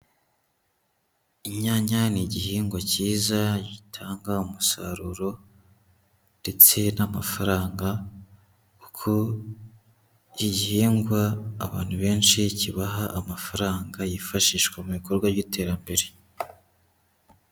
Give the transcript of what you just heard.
Inyanya ni igihingwa cyiza, gitanga umusaruro ndetse n'amafaranga, kuko iki gihingwa abantu benshi kibaha amafaranga yifashishwa mu bikorwa by'iterambere.